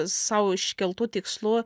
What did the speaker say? sau iškeltų tikslų